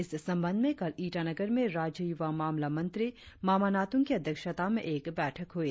इस संबंध में कल ईटानगर में राज्य युवा मामला मंत्री मामा नातुंग की अध्यक्षता में एक बैठक हुई